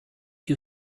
you